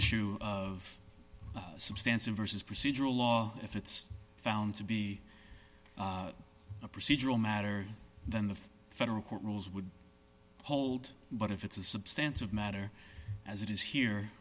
issue of substantial versus procedural law if it's found to be a procedural matter then the federal court rules would hold but if it's a substantial matter as it is here